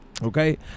Okay